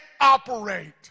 operate